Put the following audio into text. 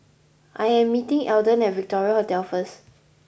I am meeting Alden at Victoria Hotel first